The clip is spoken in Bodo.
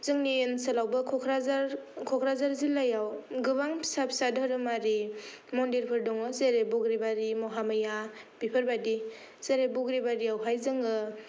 जोंनि ओनसोलावबो कक्राझार क'क्राझार जिल्लायाव गोबां फिसा फिसा धोरोमारि मन्दिरफोर दङ जेरै बग्रिबारि महामाया बेफोरबायदि जेरै बग्रिबारि आवहाय जोङो